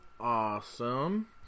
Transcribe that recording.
awesome